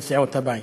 כל סיעות הבית.